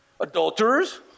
Adulterers